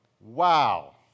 Wow